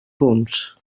punts